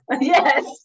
Yes